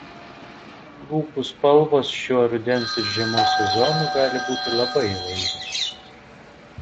lūpų spalvos šiuo rudens ir žiemos sezonu gali būti labai įvairios